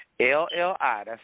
L-L-I